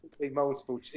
multiple